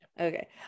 Okay